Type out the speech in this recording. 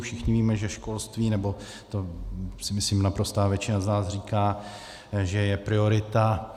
Všichni víme, že školství, nebo to, myslím, naprostá většina z nás říká, že je priorita.